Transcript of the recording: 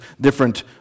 different